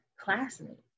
classmate